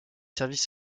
services